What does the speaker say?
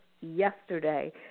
yesterday